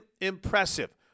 impressive